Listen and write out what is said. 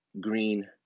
green